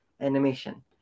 animation